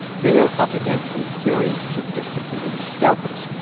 they are up against some very sophisticated scalpers.